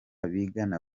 bigana